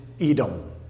Edom